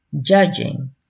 judging